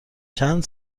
چند